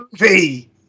movie